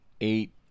eight